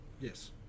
yes